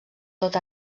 tot